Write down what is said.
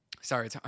sorry